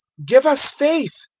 give us faith.